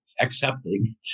accepting